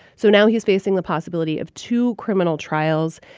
so now he's facing the possibility of two criminal trials.